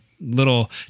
little